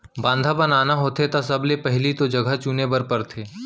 बांधा बनाना होथे त सबले पहिली तो जघा चुने बर परथे